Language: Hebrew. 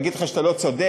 להגיד לך שאתה לא צודק?